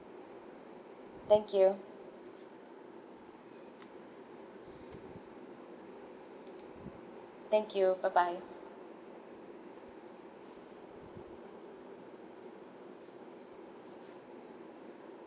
thank you thank you bye bye